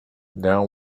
now